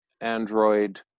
Android